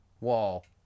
wall